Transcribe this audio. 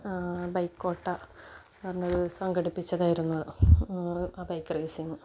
ബൈക്കോട്ടയെന്ന് പറഞ്ഞത് സംഘടിപ്പിച്ചതായിരുന്നു അത് ആ ബൈക്ക് റേസിങ്